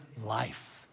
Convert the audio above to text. life